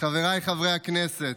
חבריי חברי הכנסת,